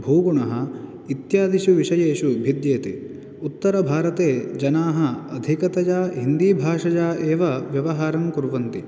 भूगुणः इत्यादिषु विषयेषु भिद्येते उत्तरभारते जनाः अधिकतया हिन्दीभाषया एव व्यवहारं कुर्वन्ति